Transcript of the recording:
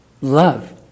love